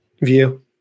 view